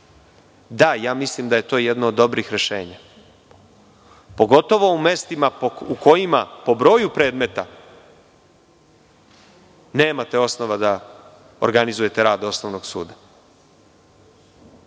Da, mislim da je to jedno od dobrih rešenja. Pogotovo u mestima u kojima po broju predmeta nemate osnova da organizujete rad osnovnog suda,